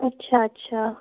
अच्छा अच्छा